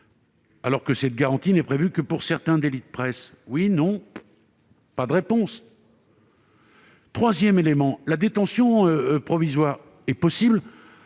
alors que cette garantie n'est prévue que pour certains délits de presse ? Oui ? Non ? Pas de réponse. Troisièmement, la détention provisoire, qui est possible